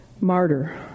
martyr